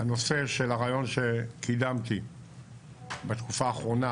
הנושא של הרעיון שקידמתי בתקופה האחרונה,